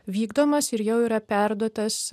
vykdomas ir jau yra perduotas